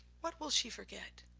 what will she forget?